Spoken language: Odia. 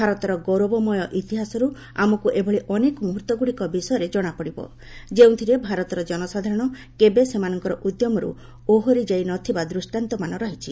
ଭାରତର ଗୌରବମୟ ଇତିହାସରୁ ଆମକୁ ଏଭଳି ଅନେକ ମୁହୂର୍ତ୍ତଗୁଡ଼ିକ ବିଷୟରେ ଜଣାପଡ଼ିବ ଯେଉଁଥିରେ ଭାରତର ଜନସାଧାରଣ କେବେ ସେମାନଙ୍କର ଉଦ୍ୟମର୍ତ ଓହରି ଯାଇ ନ ଥିବାର ଦୃଷ୍ଟାନ୍ତମାନ ରହିଛି